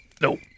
Nope